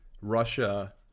Russia